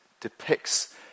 depicts